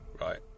right